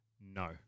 no